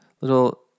little